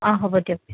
অঁ হ'ব দিয়ক